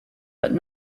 but